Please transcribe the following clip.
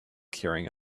carrying